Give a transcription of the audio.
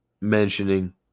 mentioning